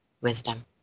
wisdom